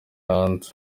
hanze